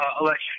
election